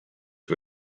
who